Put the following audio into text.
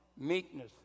meekness